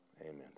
amen